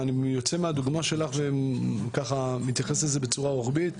ואני יוצא מהדוגמה שלך ומתייחס לזה בצורה רוחבית,